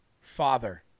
Father